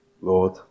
Lord